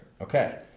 Okay